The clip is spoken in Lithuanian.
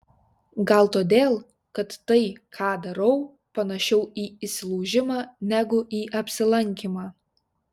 gal todėl kad tai ką darau panašiau į įsilaužimą negu į apsilankymą